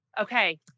Okay